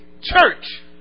church